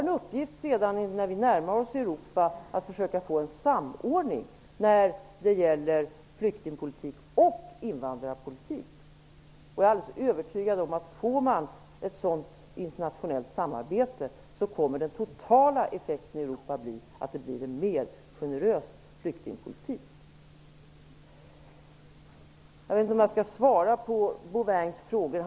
När vi närmar oss Europa, måste vi försöka åstadkomma en samordning av flyktingpolitik och invandrarpolitik. Kan vi åstadkomma ett sådant internationellt samarbete, är jag övertygad om att den totala effekten i Europa blir en mer generös flyktingpolitik. Jag vet inte om jag skall svara på John Bouvins frågor.